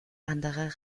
anderer